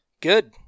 Good